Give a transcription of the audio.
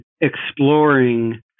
exploring